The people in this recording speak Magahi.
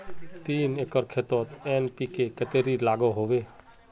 तीन एकर खेतोत एन.पी.के कतेरी लागोहो होबे?